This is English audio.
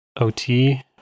OT